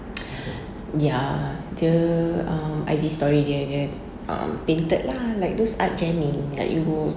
ya dia um I_G story dia um painted lah like those art jamming like you go